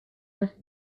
ans